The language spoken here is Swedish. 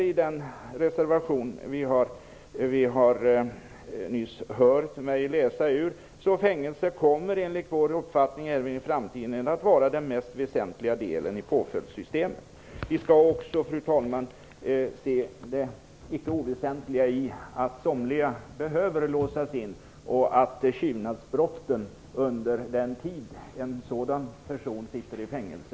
Men fängelse kommer enligt vår uppfattning även i framtiden att vara den mest väsentliga delen i påföljdssystemet - det säger vi i den reservation som jag nyss läste ur. Det är inte heller oväsentligt, fru talman, att somliga personer som begår tjuvnadsbrott behöver låsas in och att antalet sådana brott minskar under den tid en sådan person sitter i fängelse.